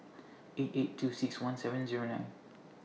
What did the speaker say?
eight eight two six one seven Zero nine